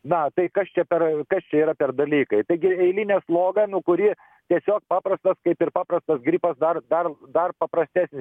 na tai kas čia per kas čia yra per dalykai taigi eilinė sloga nu kuri tiesiog paprastas kaip ir paprastas gripas dar dar dar paprastesnis